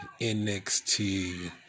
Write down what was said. NXT